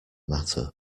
matter